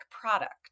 product